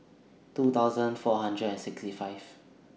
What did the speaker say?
two thousand four hundred and sixty five